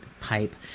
pipe